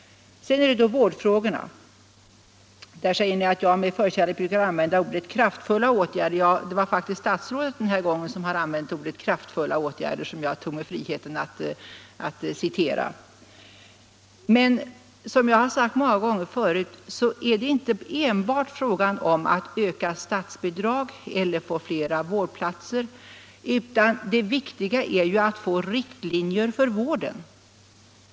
Sedan gäller det vårdfrågorna. Socialministern säger att jag med förkärlek brukar använda uttrycket kraftfulla åtgärder. Ja, det var faktiskt statsrådet som den här gången hade använt uttrycket kraftfulla åtgärder, som jag tog mig friheten att citera. Men som jag sagt många gånger förut är det inte enbart en fråga om ett ökat statsbidrag eller att skaffa fler vårdplatser. Det viktiga är att sätta upp riktlinjer för vården.